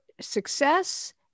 success